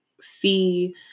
see